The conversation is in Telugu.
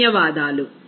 ధన్యవాదాలు